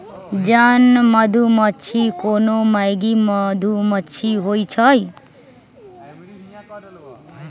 जन मधूमाछि कोनो मौगि मधुमाछि होइ छइ